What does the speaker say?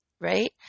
right